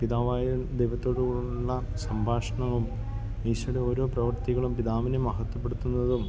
പിതാവായ ദൈവത്തോടുള്ള സംഭാഷണവും ഈശോയുടെ ഓരോ പ്രവർത്തികളും പിതാവിനെ മഹത്വപ്പെടുത്തുന്നതും